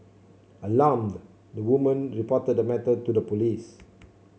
alarmed the woman reported the matter to the police